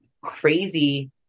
crazy